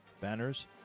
banners